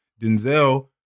Denzel